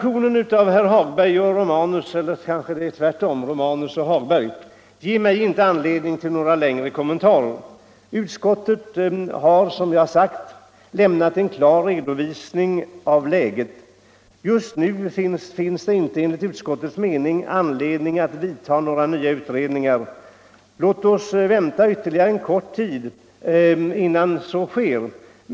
inte anledning till några längre kommentarer. Utskottet har, som jag sagt, lämnat en klar redovisning av läget. Just nu finns det enligt utskottets mening inte anledning att genomföra några nya utredningar. Låt oss vänta ytterligare en kort tid innan så sker.